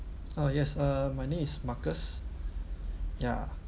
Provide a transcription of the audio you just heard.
ah yes uh my name is marcus ya